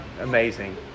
amazing